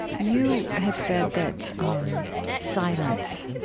you have said that um silence,